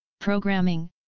programming